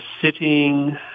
sitting